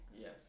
Yes